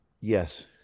Yes